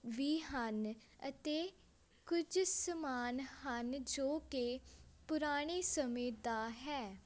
ਵੀ ਹਨ ਅਤੇ ਕੁਝ ਸਮਾਨ ਹਨ ਜੋ ਕਿ ਪੁਰਾਣੇ ਸਮੇਂ ਦਾ ਹੈ